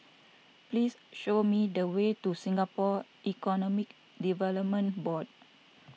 please show me the way to Singapore Economic Development Board